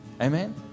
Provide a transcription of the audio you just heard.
Amen